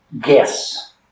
guess